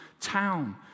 town